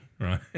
Right